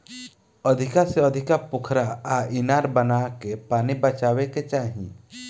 अधिका से अधिका पोखरा आ इनार बनाके पानी बचावे के चाही